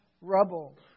rubble